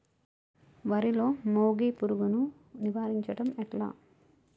వరిలో మోగి పురుగును నివారించడం ఎట్లా?